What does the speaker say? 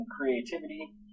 creativity